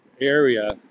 area